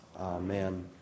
Amen